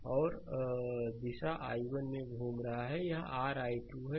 और दिशा i1 में घूम रहा है और यह r i2 है